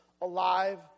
Alive